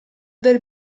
del